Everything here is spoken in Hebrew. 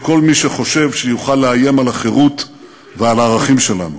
כל מי שחושב שיוכל לאיים על החירות ועל הערכים שלנו.